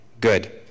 good